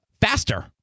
faster